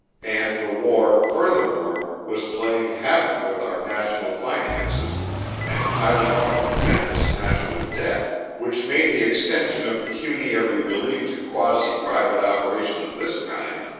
and the war, furthermore, was playing havoc with our national finances and piling up a tremendous national debt, which made the extension of pecuniary relief to quasi-private operations of this kind,